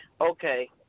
Okay